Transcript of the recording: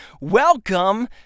welcome